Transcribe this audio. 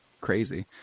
crazy